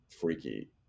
freaky